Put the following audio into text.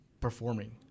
performing